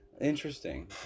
interesting